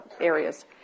areas